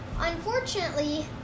Unfortunately